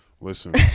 Listen